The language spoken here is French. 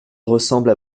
ressemble